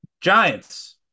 Giants